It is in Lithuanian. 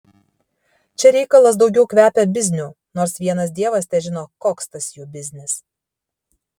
čia reikalas daugiau kvepia bizniu nors vienas dievas težino koks tas jų biznis